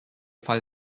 fall